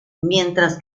mientras